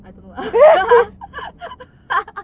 I don't know lah